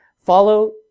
Follow